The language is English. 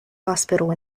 hospital